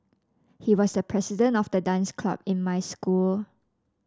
he was the president of the dance club in my school